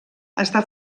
està